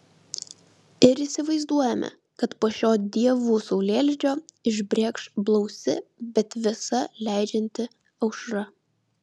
ir įsivaizduojame kad po šio dievų saulėlydžio išbrėkš blausi bet visa leidžianti aušra